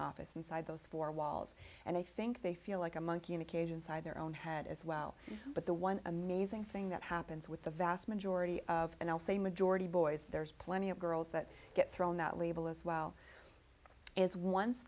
office inside those four walls and i think they feel like a monkey in a cage inside their own head as well but the one amazing thing that happens with the vast majority of and also a majority boys there's plenty of girls that get thrown that label as well as once